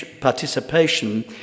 participation